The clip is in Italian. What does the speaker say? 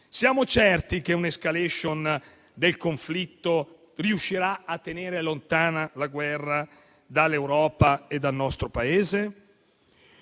Siamo certi che una *escalation* del conflitto riuscirà a tenere lontana la guerra dall'Europa e dal nostro Paese?